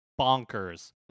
bonkers